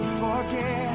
forget